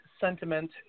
sentiment